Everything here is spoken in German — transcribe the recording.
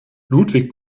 ludwig